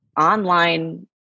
online